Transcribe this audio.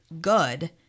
good